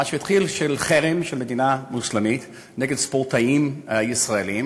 מה שהתחיל בחרם של מדינה מוסלמית נגד ספורטאים ישראלים,